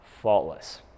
Faultless